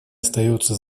остается